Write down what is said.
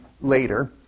later